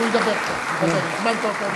(מחיאות כפיים) (נושא דברים בשפה האנגלית,